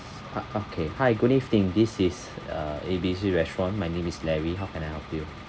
ok~ okay hi good evening this is uh A B C restaurant my name is larry how can I help you